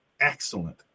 Excellent